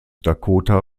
dakota